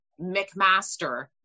McMaster